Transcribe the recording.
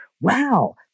wow